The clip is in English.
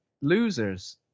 losers